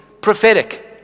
Prophetic